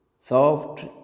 soft